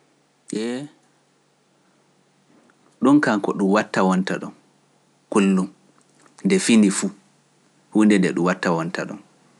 Ɗum kanko ɗum watta wonta ɗum, kullu nde fini fu, huunde nde ɗum watta wonta ɗum.